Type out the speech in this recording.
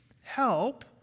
help